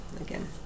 again